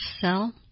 sell